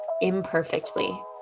imperfectly